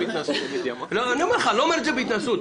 אני אומר לך: לא אומר את זה בהתנשאות,